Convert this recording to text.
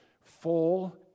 full